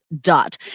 Dot